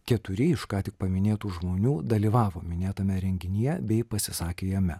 keturi iš ką tik paminėtų žmonių dalyvavo minėtame renginyje bei pasisakė jame